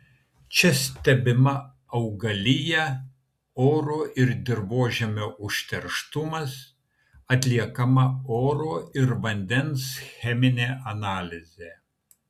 čia stebima augalija oro ir dirvožemio užterštumas atliekama oro ir vandens cheminė analizė